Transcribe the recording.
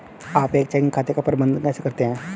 आप एक चेकिंग खाते का प्रबंधन कैसे करते हैं?